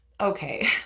okay